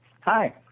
Hi